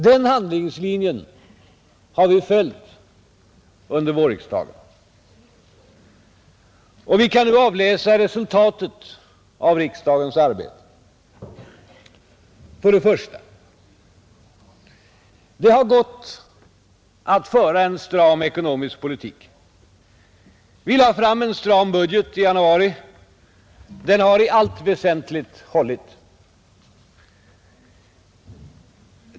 Den handlingslinjen har vi följt under vårriksdagen. Vi kan nu avläsa resultatet av riksdagens arbete. För det första: Det har gått att föra en stram ekonomisk politik. Vi lade fram en stram budget i januari. Den har i allt väsentligt hållit.